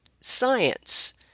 science